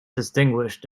distinguished